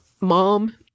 mom